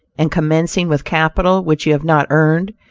and commencing with capital which you have not earned,